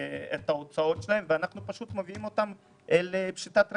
את ההוצאות שלהם ואנחנו מביאים אותם לפשיטת רגל.